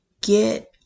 get